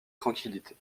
tranquillité